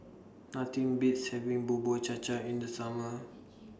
Nothing Beats having Bubur Cha Cha in The Summer